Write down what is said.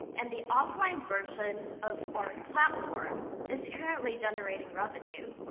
and the offline version of our platform is currently generating revenue.